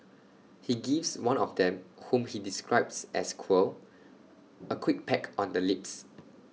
he gives one of them whom he describes as queer A quick peck on the lips